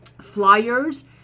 flyers